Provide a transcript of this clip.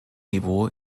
niveau